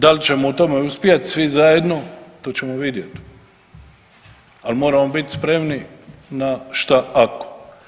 Da li ćemo u tome uspjeti svi zajedno to ćemo vidjeti, ali moramo biti spremni na šta ako.